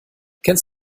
kennst